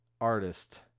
artist